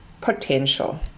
Potential